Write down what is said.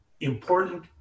important